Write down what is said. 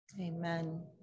amen